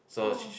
how